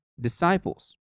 disciples